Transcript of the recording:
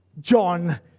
John